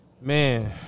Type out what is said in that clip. man